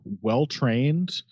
well-trained